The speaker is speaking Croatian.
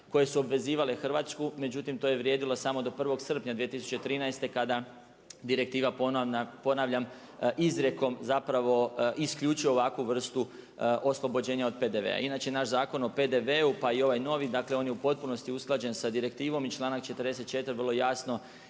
koje su obvezivale Hrvatsku. Međutim, to je vrijedilo samo do 1. srpnja 2013. kada direktiva, ponavljam izrekom zapravo, isključuje ovakvu vrstu oslobođenja od PDV-a. Inače naš Zakon o PDV-u pa i ovaj novi, dakle on je u potpunosti usklađen sa direktivom i članak 44. vrlo jasno